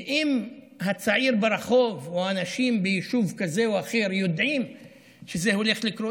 ואם הצעיר ברחוב או אנשים ביישוב כזה או אחר יודעים שזה הולך לקרות,